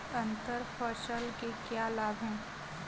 अंतर फसल के क्या लाभ हैं?